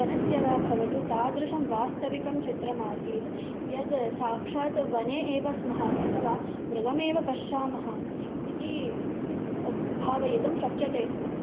वनस्य वा भवतु तादृशं वास्तविकं चित्रमासीत् यद् साक्षात् वने एव स्म अथवा मृगमेव पश्यामः इति भावयितुं शक्यते स्म